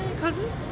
cousin